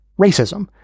racism